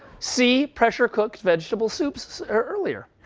see pressure cooked vegetable soups earlier.